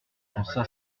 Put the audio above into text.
fronça